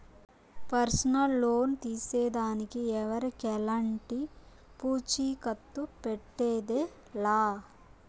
personal loan తీసేదానికి ఎవరికెలంటి పూచీకత్తు పెట్టేదె లా